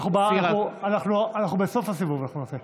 אנחנו בסוף הסיבוב נעשה.